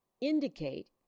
indicate